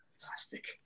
Fantastic